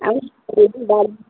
हामी बारी